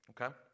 Okay